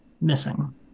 missing